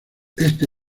este